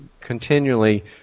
continually